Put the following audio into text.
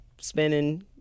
spinning